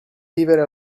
vivere